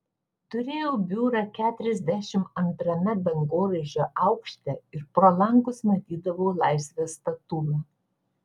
turėjau biurą keturiasdešimt antrame dangoraižio aukšte ir pro langus matydavau laisvės statulą